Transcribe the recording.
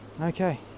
okay